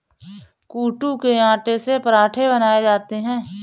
कूटू के आटे से पराठे बनाये जाते है